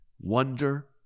Wonder